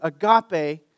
agape